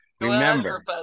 Remember